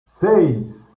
seis